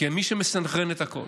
כמי שמסנכרן את הכול.